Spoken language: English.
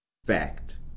fact